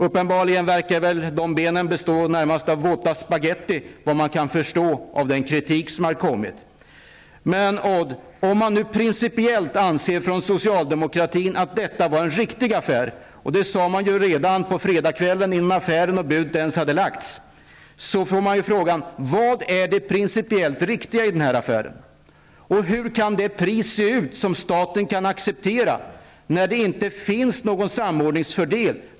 Uppenbarligen består de benen närmast av våt spagetti -- att döma av den kritik som har kommit. Men, Odd Engström, om man från socialdemokratin principiellt anser att detta var en riktig affär -- och det sade man ju redan på fredagkvällen, innan budet ens hade lagts -- får jag fråga: Vad är det principiellt riktiga i den här affären? Hur kan det pris se ut som staten kan acceptera när det inte finns någon samordningsfördel?